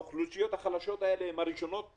האוכלוסיות החלשות האלה הן הראשונות להיפגע.